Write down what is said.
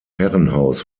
herrenhaus